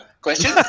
Question